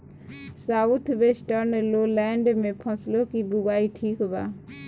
South western lowland में फसलों की बुवाई ठीक बा?